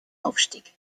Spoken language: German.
aufstieg